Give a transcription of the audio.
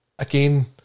again